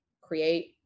create